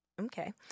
okay